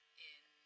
in